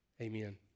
Amen